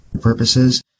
purposes